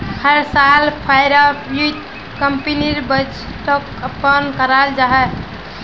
हर साल प्राइवेट कंपनीर बजटोक ओपन कराल जाहा